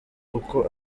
uko